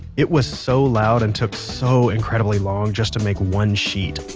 it was so loud and took so incredibly long just to make one sheet,